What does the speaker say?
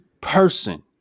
person